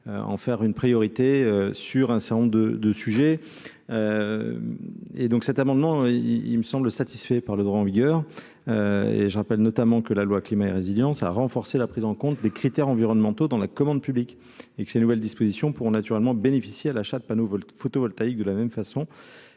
en faire une priorité sur un certain nombre de de sujet et donc cet amendement, il me semble satisfait par le droit en vigueur et je rappelle notamment que la loi climat et résilience à renforcer la prise en compte des critères environnementaux dans la commande publique et que ces nouvelles dispositions pour naturellement bénéficier à l'achat de panneaux photovoltaïque, de la même façon,